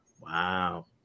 Wow